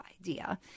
idea